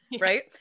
right